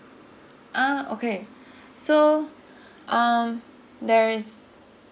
ah okay so um there is